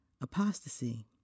apostasy